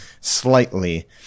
slightly